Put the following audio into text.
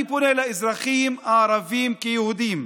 אני פונה אל האזרחים, ערבים כיהודים,